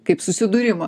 kaip susidūrimo